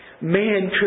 Man